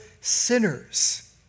sinners